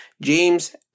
James